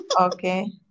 Okay